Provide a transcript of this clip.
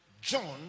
John